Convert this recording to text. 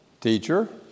Teacher